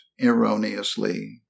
erroneously